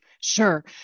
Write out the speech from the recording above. Sure